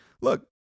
look